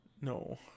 No